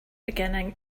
beginning